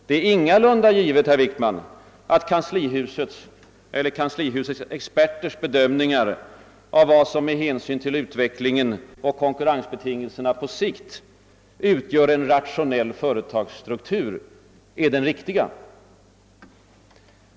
Det är ingalunda givet, herr Wickman, att kanslihusets eller dess experters bedömningar av vad som med hänsyn till utvecklingen och konkurrensbetingelserna på sikt utgör en rationell företagsstruktur är de riktiga.